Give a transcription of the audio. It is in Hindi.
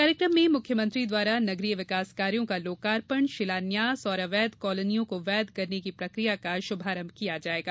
कार्यक्रम में मुख्यमंत्री द्वारा नगरीय विकास कार्यो का लोकार्पण शिलान्यास और अवैध कॉलोनियों को वैध करने की प्रक्रिया का शुभारंभ किया जायेगा